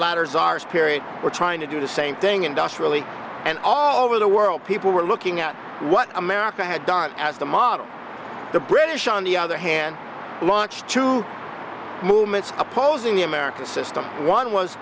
ladders our spirit were trying to do the same thing industrially and all over the world people were looking at what america had done as the model the british on the other hand launched two movements opposing the american system one was